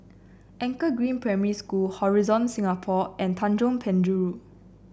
Anchor Green Primary School Horizon Singapore and Tanjong Penjuru